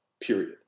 Period